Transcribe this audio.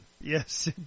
Yes